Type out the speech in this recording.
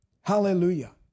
Hallelujah